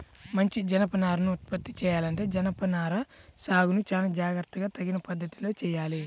మంచి జనపనారను ఉత్పత్తి చెయ్యాలంటే జనపనార సాగును చానా జాగర్తగా తగిన పద్ధతిలోనే చెయ్యాలి